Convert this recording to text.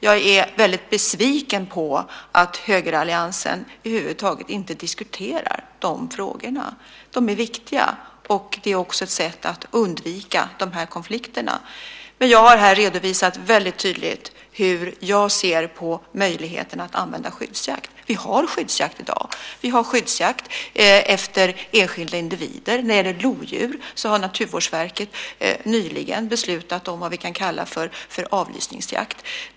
Jag är väldigt besviken på att högeralliansen över huvud taget inte diskuterar de frågorna. De är viktiga. Det är också ett sätt att undvika de här konflikterna. Jag har här redovisat väldigt tydligt hur jag ser på möjligheten att använda skyddsjakt. Vi har skyddsjakt i dag. Vi har skyddsjakt på enskilda individer. När det gäller lodjur har Naturvårdsverket nyligen beslutat om vad vi kan kalla för avlysningsjakt.